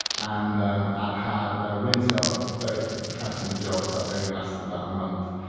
and um i'd had a winter of very sort of depressing jobs that only lasted about a month,